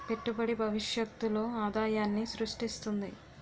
పెట్టుబడి భవిష్యత్తులో ఆదాయాన్ని స్రృష్టిస్తుంది